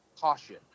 caution